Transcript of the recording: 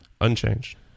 Unchanged